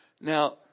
Now